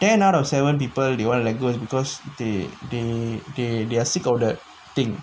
ten out of seven people they want to let go because they they they they are sick of that thing